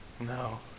No